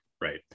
Right